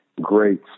great